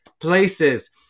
places